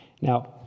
Now